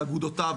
לאגודותיו,